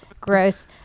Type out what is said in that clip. gross